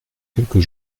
quelques